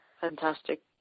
fantastic